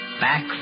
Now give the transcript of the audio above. Back